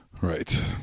Right